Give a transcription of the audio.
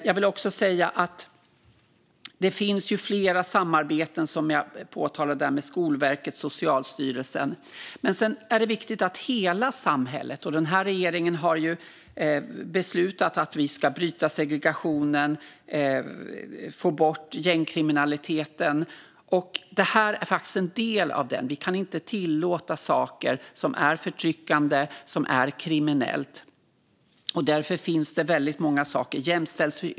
Jag vill också säga att det finns flera samarbeten, som jag nämnde, med Skolverket och Socialstyrelsen. Men det är viktigt att hela samhället är med. Den här regeringen har beslutat att vi ska bryta segregationen och få bort gängkriminaliteten, och det här är faktiskt en del av det. Vi kan inte tillåta saker som är förtryckande och kriminella. Därför är det väldigt många saker som görs.